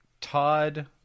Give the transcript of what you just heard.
Todd